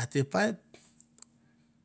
a te paip.